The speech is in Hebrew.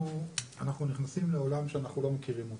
אנחנו נכנסים לעולם שאנחנו לא מכירים אותו.